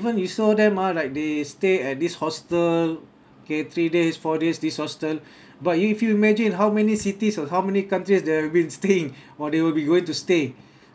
even you saw them ah like they stay at this hostel K three days four days this hostel but if you imagine how many cities or how many countries they have been staying or they will be going to stay